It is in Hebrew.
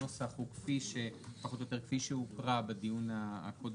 הנוסח הוא פחות או יותר כפי שהוקרא בדיון הקודם.